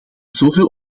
zoveel